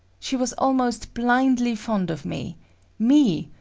she was almost blindly fond of me me,